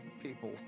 people